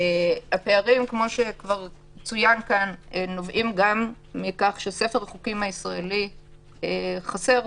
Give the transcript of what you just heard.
הפערים נובעים גם מכך שספר החוקים הישראלי חסר.